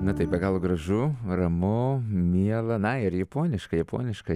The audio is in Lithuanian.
na taip be galo gražu ramu miela na ir japoniška japoniška